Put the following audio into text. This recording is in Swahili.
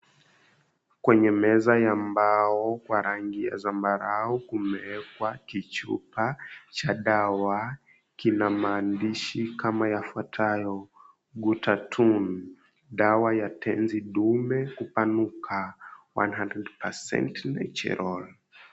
Kwenye meza ya mbao wa rangi ya zambarao kumewekwa kichupa cha dawa. Kina maandishi kama yafuatayo, " GHUDATUN , dawa ya tenzi dume kupanuka. 100% natural ."